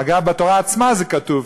אגב, בתורה עצמה זה כתוב: